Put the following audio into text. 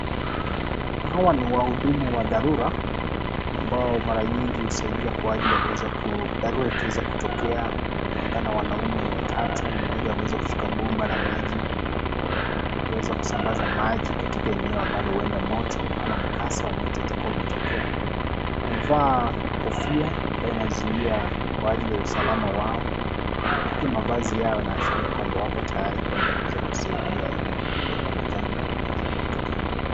Hawa ni wahudumu wa dharura ambao mara nyingi husaidia kwa ajili ya kuweza dharura ikiweza kutokea wanaonekana wanaume watatu mmoja ameweza kushika bomba la maji kuweza kusambaza maji katika eneo ambalo huenda moto ama mkasa wa moto utakuwa umetokea. Wamevaa kofia ambayo inazuia kwa ajili ya usalama wao lakini mavazi yao yanaashiria kwamba wapo tayari kuweka kuweza kusaidia eneo hili ambalo janga limeweza kutokea.